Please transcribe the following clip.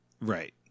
Right